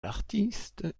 l’artiste